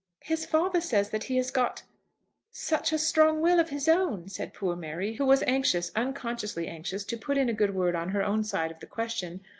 his father says that he has got such a strong will of his own, said poor mary, who was anxious, unconsciously anxious, to put in a good word on her own side of the question,